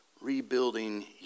Rebuilding